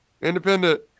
independent